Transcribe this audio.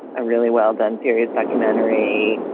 really well done. serious documentary.